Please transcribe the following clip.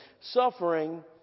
Suffering